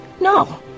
No